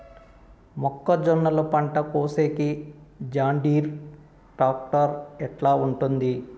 మొక్కజొన్నలు పంట కోసేకి జాన్డీర్ టాక్టర్ ఎట్లా ఉంటుంది?